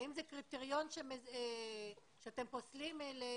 האם זה קריטריון שאתם פוסלים לעלייה?